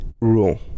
rule